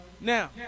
Now